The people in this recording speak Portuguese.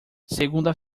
segunda